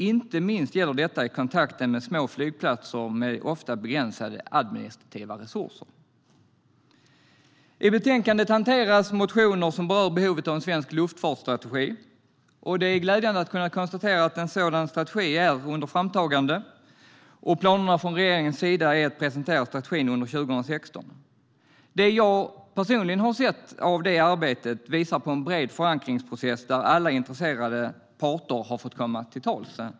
Inte minst gäller detta i kontakten med små flygplatser som ofta har begränsade administrativa resurser. I betänkandet hanteras motioner som berör behovet av en svensk luftfartsstrategi. Det är glädjande att kunna konstatera att en sådan strategi är under framtagande. Planerna från regeringens sida är att man ska presentera strategin under 2016. Det jag personligen har sett av det arbetet visar på en bred förankringsprocess där alla intresserade parter har fått komma till tals.